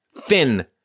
thin